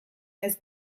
naiz